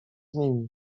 nimi